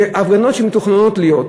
בהפגנות שמתוכננות להיות,